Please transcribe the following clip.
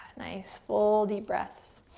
nice full deep breaths.